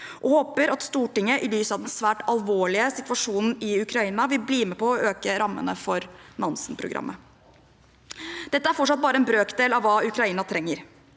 og håper at Stortinget, i lys av den svært alvorlige situasjonen i Ukraina, vil bli med på å øke rammene for Nansen-programmet. Dette er fortsatt bare en brøkdel av hva Ukraina trenger,